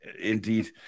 indeed